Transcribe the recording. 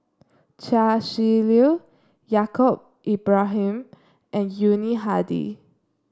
Chia Shi Lu Yaacob Ibrahim and Yuni Hadi